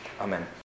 Amen